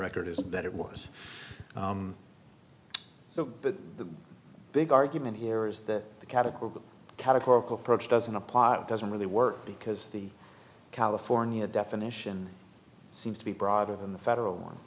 record is that it was so but the big argument here is that the catechism categorical approach doesn't apply it doesn't really work because the california definition seems to be broader than the federal one